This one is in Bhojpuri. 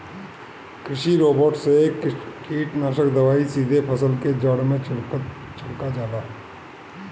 कृषि रोबोट से कीटनाशक दवाई सीधे फसल के जड़ में छिड़का जाला